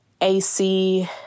AC